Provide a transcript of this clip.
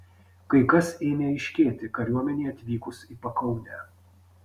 kai kas ėmė aiškėti kariuomenei atvykus į pakaunę